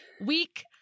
week